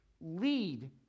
lead